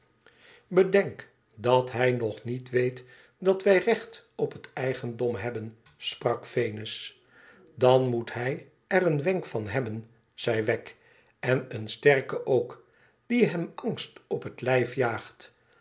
bedenk dat hij nog niet weet dat wij recht op het eigendom hebben sprak venus dan moet hij er een wenk van hebben zei wegg en een sterken ook die hem angst op het lijf jaagt